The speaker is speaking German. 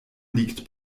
liegt